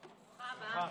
ברוכה הבאה.